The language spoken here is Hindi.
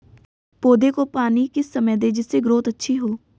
पौधे को पानी किस समय दें जिससे ग्रोथ अच्छी हो?